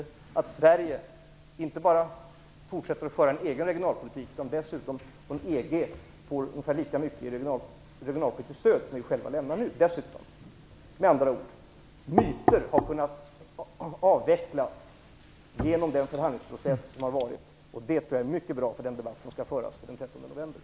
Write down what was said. De står också för att Sverige inte bara fortsätter att föra en egen regionalpolitik utan dessutom från EG får ungefär lika mycket regionalpolitiskt stöd som lämnas i dag i Med andra ord har myter kunnat avfärdas genom den förhandlingsprocess som har varit. Det är mycket bra för den debatt som skall föras fram till den 13